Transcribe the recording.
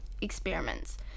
experiments